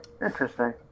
Interesting